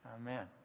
Amen